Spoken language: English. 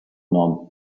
none